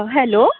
hello